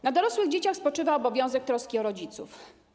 Na dorosłych dzieciach spoczywa obowiązek troski o rodziców.